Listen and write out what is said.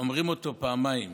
אומרים אותו פעמיים,